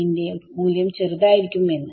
ന്റെ മൂല്യം ചെറിതായിരിക്കും എന്ന്